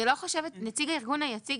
נציג הארגון היציג,